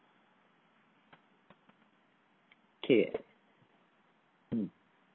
K mm